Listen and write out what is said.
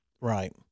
Right